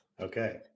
Okay